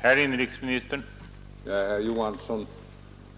Herr talman! Herr Johansson i Holmgården